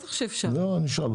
בטח שאפשר.